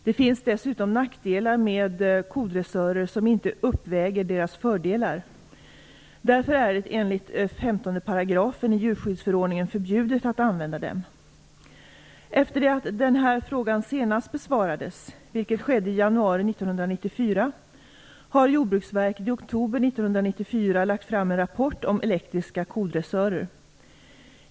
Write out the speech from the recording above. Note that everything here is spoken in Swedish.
Det finns dessutom nackdelar med kodressörer som inte uppväger deras fördelar. Därför är det enligt 15 § i djurskyddsförordningen förbjudet att använda dem. Efter det att den här frågan senast besvarades, vilket skedde i januari 1994, har Jordbruksverket i oktober 1994 lagt fram en rapport om elektriska kodressörer.